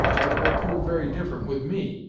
but it will prove very different with me.